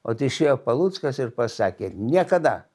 ot išėjo paluckas ir pasakė niekada